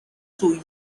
two